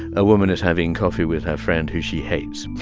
a woman is having coffee with her friend who she hates.